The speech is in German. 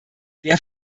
der